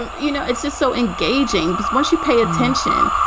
and you know, it's just so engaging. but once you pay attention,